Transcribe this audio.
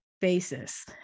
basis